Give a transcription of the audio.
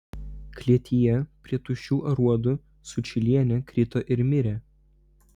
klėtyje prie tuščių aruodų sučylienė krito ir mirė